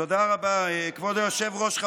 כבוד היושב-ראש,